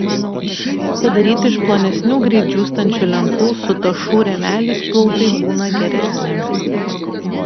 padaryti iš plonesnių greit džiūstančių lentų su tašų rėmeliais plautai būna geresni